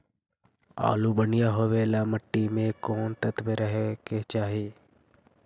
आलु बढ़िया होबे ल मट्टी में कोन तत्त्व रहे के चाही?